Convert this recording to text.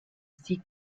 sie